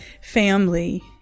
Family